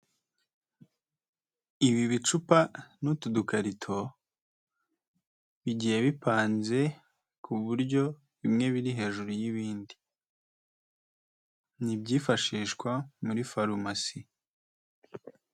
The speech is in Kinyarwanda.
Ibi bicupa n'utu dukarito bigiye bipanze ku buryo bimwe biri hejuru y'ibindi. Ni ibyifashishwa muri farumasi.